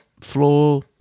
floor